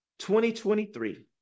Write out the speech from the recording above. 2023